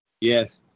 Yes